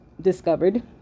discovered